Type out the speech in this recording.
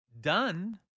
done